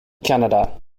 canada